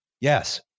Yes